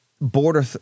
border